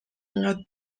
اینقد